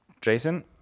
Jason